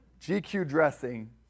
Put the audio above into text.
GQ-dressing